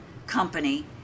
Company